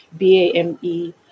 BAME